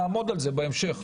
נעמוד על זה בהמשך.